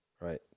Right